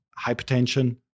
hypertension